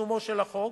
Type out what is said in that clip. מפרסומו של החוק.